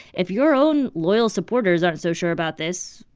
if your own loyal supporters aren't so sure about this,